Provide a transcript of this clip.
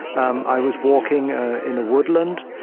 um i was walking in a woodland,